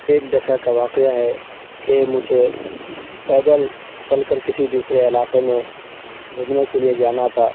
ایک دفعہ کا واقعہ ہے کہ مجھے پیدل چل کر کسی دوسرے علاقے میں گھومنے کے لیے جانا تھا